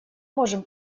можем